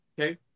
Okay